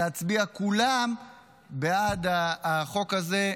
להצביע כולם בעד החוק הזה.